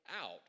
out